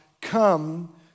come